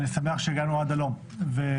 אני שמח שהגענו עד הלום,